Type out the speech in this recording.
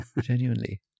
Genuinely